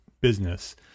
business